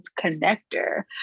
connector